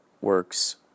works